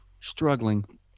struggling